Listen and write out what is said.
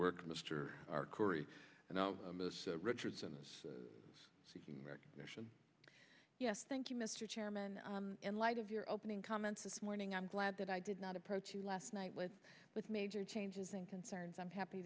work of mr cory and i richardson was seeking recognition yes thank you mr chairman in light of your opening comments this morning i'm glad that i did not approach you last night with with major changes and concerns i'm happy